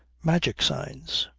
magic signs.